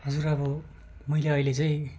हजुर अब मैले अहिले चाहिँ